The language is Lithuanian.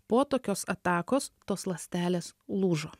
po tokios atakos tos ląstelės lūžo